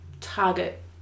target